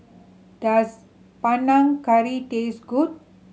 does Panang Curry taste good